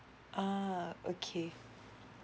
uh okay